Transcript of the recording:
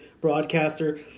broadcaster